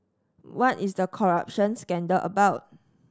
what is the corruption scandal about